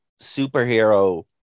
superhero